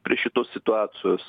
prie šitos situacijos